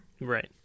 Right